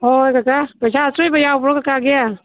ꯍꯣꯏ ꯍꯣꯏ ꯀꯀꯥ ꯄꯩꯁꯥ ꯑꯆꯣꯏꯕ ꯌꯥꯎꯕ꯭ꯔꯣ ꯀꯀꯥꯒꯤ